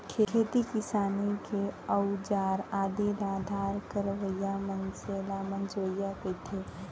खेती किसानी के अउजार आदि ल धार करवइया मनसे ल मंजवइया कथें